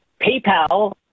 PayPal